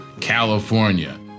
California